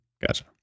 Gotcha